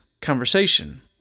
conversation